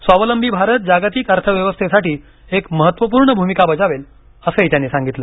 स्वावलंबी भारत जागतिक अर्थव्यवस्थेसाठी एक महत्त्वपूर्ण भूमिका बजावेल असंही त्यांनी सांगितलं